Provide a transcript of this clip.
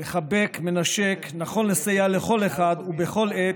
מחבק, מנשק, נכון לסייע לכל אחד ובכל עת,